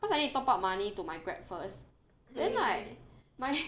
because I need to top up money to my Grab first then like my